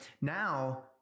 Now